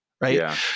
Right